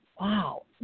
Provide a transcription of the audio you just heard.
wow